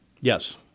Yes